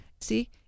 See